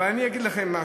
אבל אני אגיד לכם משהו.